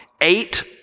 eight